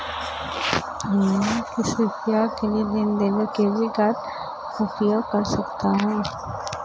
मैं किस प्रकार के लेनदेन के लिए क्रेडिट कार्ड का उपयोग कर सकता हूं?